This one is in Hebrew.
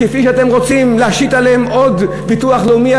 כפי שאתם רוצים להשית עליהם עוד ביטוח לאומי,